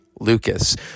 Lucas